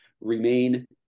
remain